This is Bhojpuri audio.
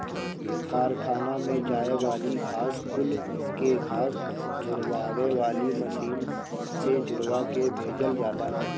कारखाना में जाए वाली घास कुल के घास झुरवावे वाली मशीन से झुरवा के भेजल जाला